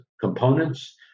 components